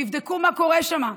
ויבדקו מה קורה שם,